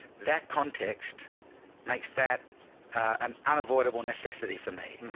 that context makes that an unavoidable necessity for me.